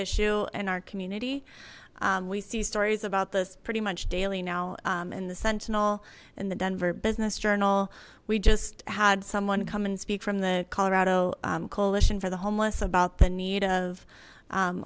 issue in our community we see stories about this pretty much daily now in the sentinel and the denver business journal we just had someone come and speak from the colorado coalition for the homeless about the need of